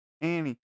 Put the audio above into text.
Annie